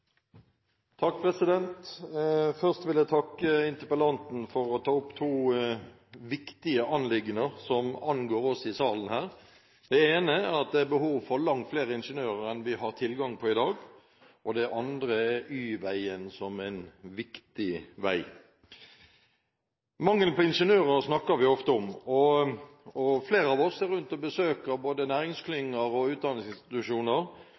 at det er behov for langt flere ingeniører enn vi har tilgang på i dag. Det andre er Y-veien som en viktig vei. Mangelen på ingeniører snakker vi ofte om, og flere av oss er rundt og besøker både næringsklynger og utdanningsinstitusjoner.